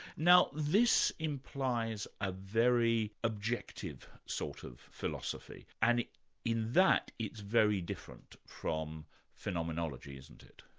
now this implies a very objective sort of philosophy, and in that, it's very different from phenomenology, isn't it?